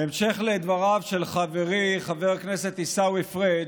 בהמשך לדבריו של חברי חבר הכנסת עיסאווי פריג',